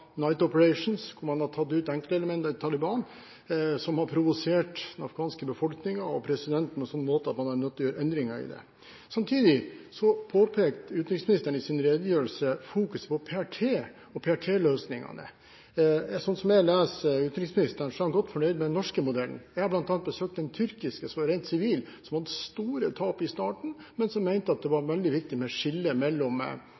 «night operations», hvor man har tatt ut enkeltelementer i Taliban, som har provosert den afghanske befolkningen og presidenten på en sånn måte at man er nødt til å gjøre endringer i det. Samtidig påpekte utenriksministeren i sin redegjørelse fokuset på PRT og PRT-løsningene. Sånn som jeg leser utenriksministeren, er han godt fornøyd med den norske modellen. Jeg har bl.a. besøkt den tyrkiske, som er rent sivil, som hadde store tap i starten, men som mente at det var veldig viktig med skille mellom